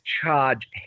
charge